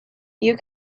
you